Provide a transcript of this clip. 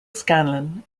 scanlan